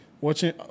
watching